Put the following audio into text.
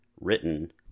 written